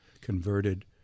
converted